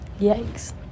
Yikes